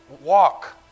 walk